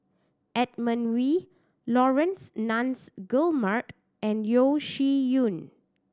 Edmund Wee Laurence Nunns Guillemard and Yeo Shih Yun